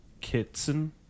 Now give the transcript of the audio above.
Kitson